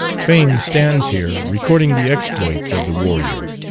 fame stands here recording the exploits of the warrior,